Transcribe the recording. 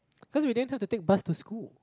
cause we didn't try to take bus to school